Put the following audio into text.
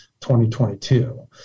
2022